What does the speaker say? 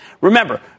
Remember